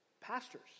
pastors